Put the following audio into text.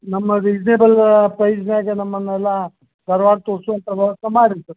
ನಮ್ಮ ರೀಸ್ನೆಬಲ್ ಪ್ರೈಸ್ನಾಗೇ ನಮ್ಮನ್ನೆಲ್ಲ ಧಾರ್ವಾಡ ತೋರಿಸೋ ಪ್ರವಾಸ ಮಾಡಿಸಿ